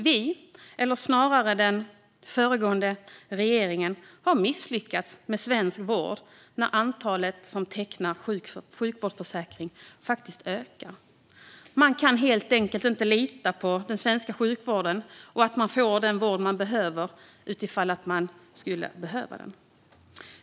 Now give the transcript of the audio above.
Vi - eller snarare den föregående regeringen - har misslyckats med svensk vård när antalet som tecknar sjukvårdsförsäkring ökar. Man kan helt enkelt inte lita på den svenska sjukvården och att man får den vård man behöver när man behöver den.